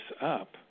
up